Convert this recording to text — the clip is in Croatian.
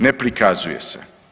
Ne prikazuje se.